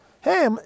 Hey